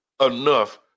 enough